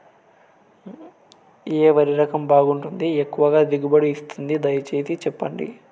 ఏ వరి రకం బాగుంటుంది, ఎక్కువగా దిగుబడి ఇస్తుంది దయసేసి చెప్పండి?